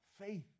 faith